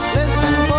Listen